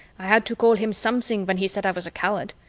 i had to call him something when he said i was a coward.